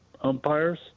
umpires